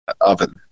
Oven